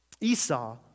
Esau